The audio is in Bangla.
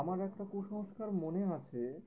আমার একটা কুসংস্কার মনে আছে